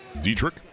Dietrich